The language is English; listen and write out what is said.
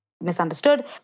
misunderstood